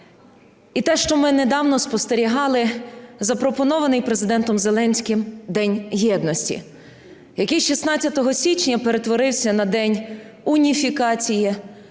І те, що ми недавно спостерігали запропонований Президентом Зеленським День єдності, який 16 січня перетворився на день уніфікації,